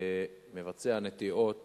מבצע נטיעות